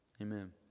Amen